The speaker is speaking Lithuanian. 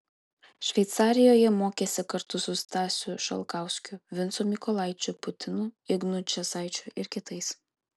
šveicarijoje mokėsi kartu su stasiu šalkauskiu vincu mykolaičiu putinu ignu česaičiu ir kitais